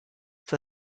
for